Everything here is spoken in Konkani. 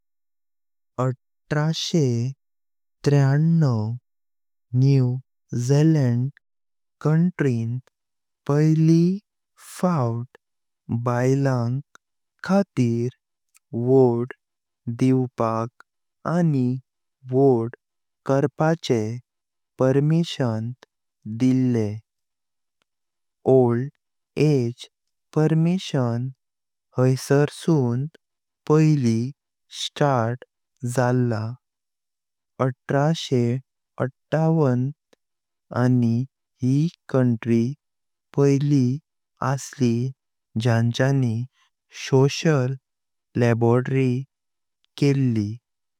एडत्रासे त्र्यानव न्यू ज़ीलैंड काउंट्रीं पायली फौत बायलांग खातिर वोट दिवपाक आनी वोट करपाचे परमिशन दिल्ले। ओल्ड एज परमिशन हायसर्सुन पायली स्टार्ट जाल्ला एडत्रासे अडतावन तान आनी यी काउंट्री पायली असली जेंच्या सोशियल लॅबोरेटरी केल्लिया।